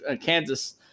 Kansas